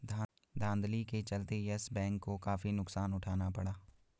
धांधली के चलते यस बैंक को काफी नुकसान उठाना पड़ा